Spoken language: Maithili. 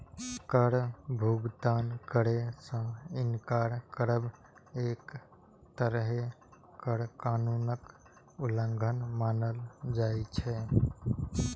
कर भुगतान करै सं इनकार करब एक तरहें कर कानूनक उल्लंघन मानल जाइ छै